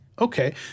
Okay